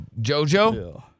JoJo